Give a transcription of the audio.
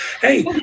Hey